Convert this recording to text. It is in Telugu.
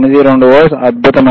92 వోల్ట్లుఅద్భుతమైనది